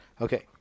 Okay